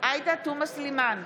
עאידה תומא סלימאן,